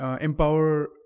empower